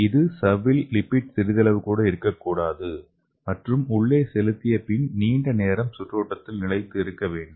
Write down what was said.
இது சவ்வில் லிப்பிட் சிறிதளவுகூட இருக்கக்கூடாது மற்றும் உள்ளே செலுத்திய பின்னர் நீண்ட நேரம் சுற்றோட்டத்தில் நிலைத்து இருக்க வேண்டும்